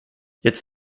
jetzt